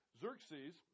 Xerxes